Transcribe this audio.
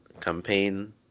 campaign